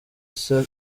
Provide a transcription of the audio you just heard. isa